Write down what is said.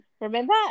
Remember